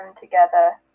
together